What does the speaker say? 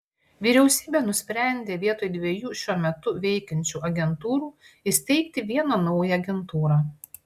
vyriausybė nusprendė vietoj dviejų šiuo metu veikiančių agentūrų įsteigti vieną naują agentūrą